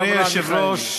אדוני היושב-ראש,